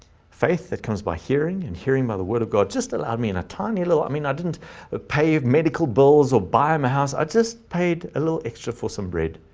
faith that comes by hearing and hearing by the word of god, just allowed me in a tiny little i mean, i didn't ah pay of medical bills or buy him house, i just paid a little extra for some bread.